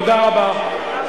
תודה רבה.